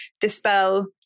dispel